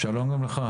שלום לכולם,